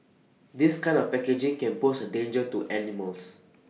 this kind of packaging can pose A danger to animals